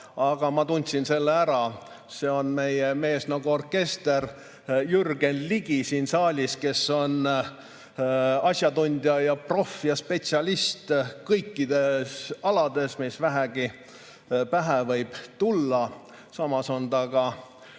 aga ma tundsin selle ära. See on meie mees nagu orkester, Jürgen Ligi siin saalis, kes on asjatundja ja proff ja spetsialist kõikidel aladel, mis vähegi pähe võib tulla. Samas on ta